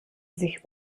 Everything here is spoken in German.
sich